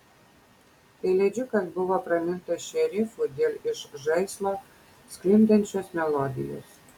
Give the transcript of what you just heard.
pelėdžiukas buvo pramintas šerifu dėl iš žaislo sklindančios melodijos